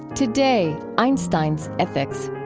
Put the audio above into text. today, einstein's ethics.